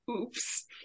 Oops